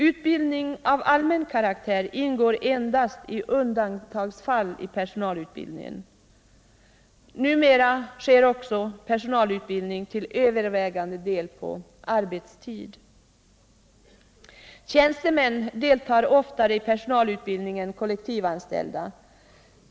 Utbildning av allmän karaktär ingår endast i undantagsfall i personalutbildningen. Numera sker personalutbildning till övervägande del på arbetstid. Tjänstemän deltar oftare i personalutbildning än kollektivanställda.